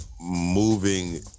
moving